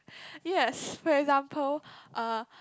yes for example uh